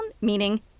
meaning